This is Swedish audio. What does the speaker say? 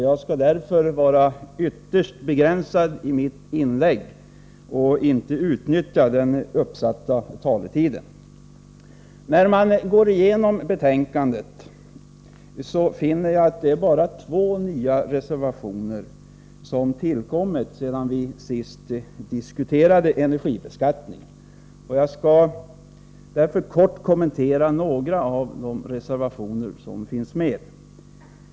Jag skall därför vara ytterst begränsad i mitt inlägg och inte utnyttja den uppsatta taletiden. När man går igenom betänkandet finner man att det bara är två nya reservationer som tillkommit sedan vi sist diskuterade energibeskattning. Jag skall därför kort kommentera några av reservationerna.